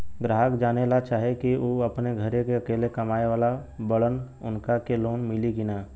ग्राहक जानेला चाहे ले की ऊ अपने घरे के अकेले कमाये वाला बड़न उनका के लोन मिली कि न?